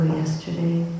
yesterday